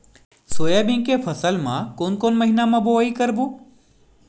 Soybean के फसल ल कोन कौन से महीना म बोआई करबो?